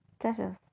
treasures